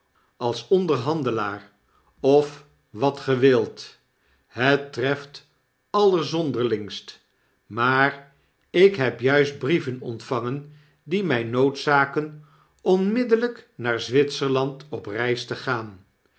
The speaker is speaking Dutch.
als onderhandelaar ofwat ge wilt het treft allerzonderlingst maar ik heb juist brieven ontvangen die my noodzakeu onmiddellyk naar zwitserland op reis te gaan